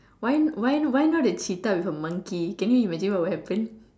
why why why not a cheetah with a monkey can you imagine what would happen